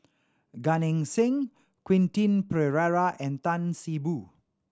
Gan Eng Seng Quentin Pereira and Tan See Boo